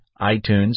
iTunes